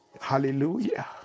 hallelujah